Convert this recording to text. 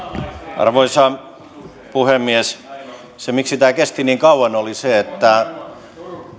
arvoisa puhemies se miksi tämä kesti niin kauan oli se että